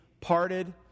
parted